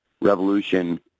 Revolution